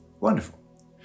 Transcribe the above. Wonderful